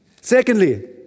Secondly